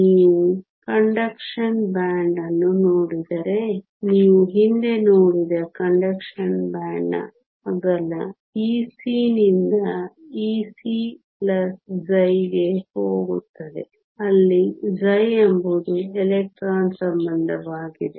ನೀವು conduction band ಅನ್ನು ನೋಡಿದರೆ ನೀವು ಹಿಂದೆ ನೋಡಿದ ಕಂಡಕ್ಷನ್ ಬ್ಯಾಂಡ್ನ ಅಗಲ Ec ನಿಂದ Ec ಗೆ ಹೋಗುತ್ತದೆ ಅಲ್ಲಿ ಎಂಬುದು ಎಲೆಕ್ಟ್ರಾನ್ ಸಂಬಂಧವಾಗಿದೆ